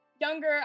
younger